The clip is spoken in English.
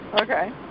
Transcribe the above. Okay